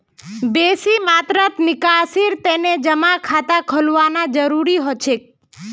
बेसी मात्रात निकासीर तने जमा खाता खोलवाना जरूरी हो छेक